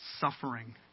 suffering